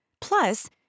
Plus